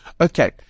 Okay